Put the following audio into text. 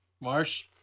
Marsh